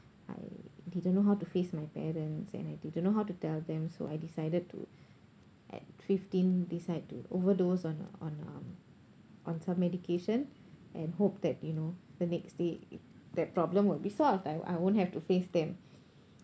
I didn't know how to face my parents and I didn't know how to tell them so I decided to at fifteen decide to overdose on on um on some medication and hope that you know the next day that problem would be solved I I won't have to face them